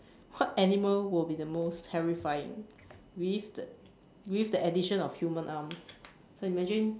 what animal will be the most terrifying with the with the addition of human arms so you imagine